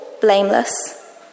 blameless